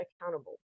accountable